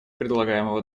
предлагаемого